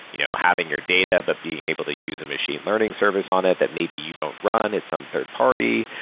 you know having your data to but being able to use the machine learning service on it that maybe you don't run at some third party,